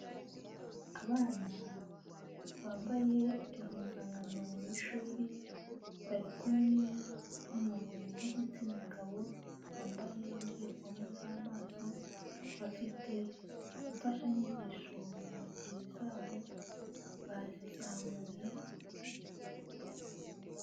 Abana bambaye impuzankano y'ishuri, bari kumwe n'umuntu w'igitsina gabo, wambaye indorerwamo z'amaso, bafite imfashanyigisho mu ntoki zabo, bazizamuye.